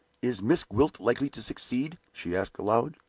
is miss gwilt likely to succeed? she asked, aloud.